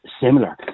similar